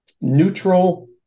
neutral